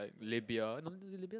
like Libya Libya